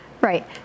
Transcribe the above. Right